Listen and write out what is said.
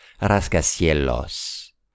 Rascacielos